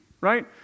right